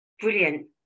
brilliant